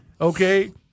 okay